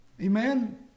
Amen